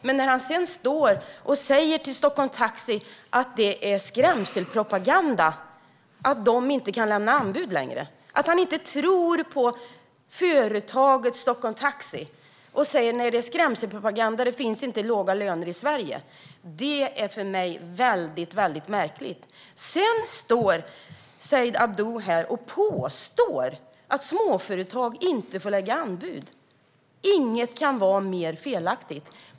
Men sedan säger han till Taxi Stockholm att det skulle vara skrämselpropaganda att de inte kan lämna anbud längre. Han tror inte på företaget Taxi Stockholm utan säger att det är skrämselpropaganda och att det inte finns låga löner i Sverige. Det är väldigt märkligt. Said Abdu står här i kammaren och påstår att småföretag inte får lägga anbud. Inget kan vara mer felaktigt.